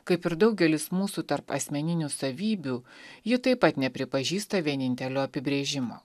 kaip ir daugelis mūsų tarp asmeninių savybių ji taip pat nepripažįsta vienintelio apibrėžimo